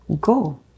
go